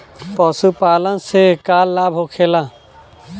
पशुपालन से का लाभ होखेला?